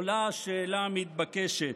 עולה השאלה המתבקשת: